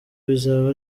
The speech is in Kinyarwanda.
bizaba